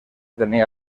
tenía